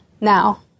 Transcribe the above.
now